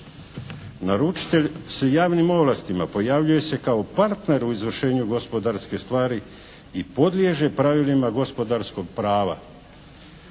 Naručitelj sa javnim ovlastima pojavljuje se kao partner u izvršenju gospodarske stvari i podliježe pravilima gospodarskog prava.